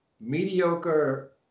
mediocre